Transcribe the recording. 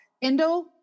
Indo